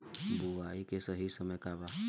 बुआई के सही समय का वा?